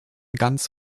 ganz